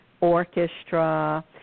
orchestra